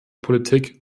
politik